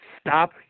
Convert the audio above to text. stop